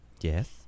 Yes